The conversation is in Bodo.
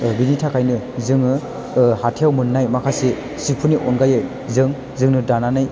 बिनि थाखायनो जोङो हाथाइयाव मोननाय माखासे सिफोरनि आनगायै जों जोंनो दानानै